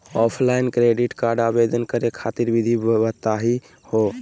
Offline credit card आवेदन करे खातिर विधि बताही हो?